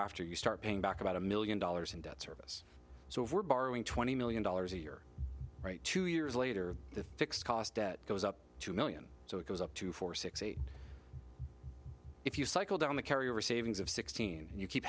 after you start paying back about a million dollars in debt service so we're borrowing twenty million dollars a year right two years later the fixed cost debt goes up two million so it goes up two four six eight if you cycle down the carry over savings of sixteen and you keep